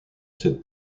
cette